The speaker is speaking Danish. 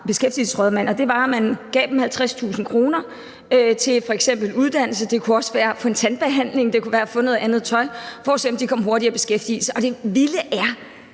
beskæftigelse, og det gik ud på, at man gav dem 50.000 kr. til f.eks. uddannelse, og det kunne også være til at få en tandbehandling eller til at få noget andet tøj, for at se, om de kom hurtigere i beskæftigelse. Det vilde er,